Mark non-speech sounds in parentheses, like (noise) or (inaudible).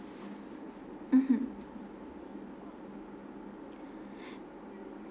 mmhmm (breath)